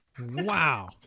Wow